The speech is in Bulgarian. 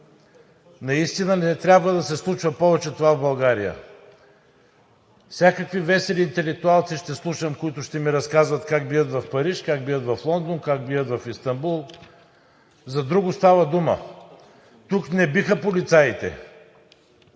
Наистина не трябва да се случва повече това в България. Всякакви весели интелектуалци ще слушам, които ще ми разказват как бият в Париж, как бият в Лондон, как бият в Истанбул. За друго става дума. Тук не биха полицаите.